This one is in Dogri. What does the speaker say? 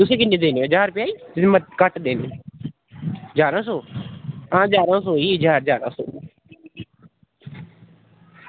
तुसें किन्ने देने ज्हार रपेआ जां घट्ट ई देने जारां सौ आं जारां सौ ई ज्हार जारां सौ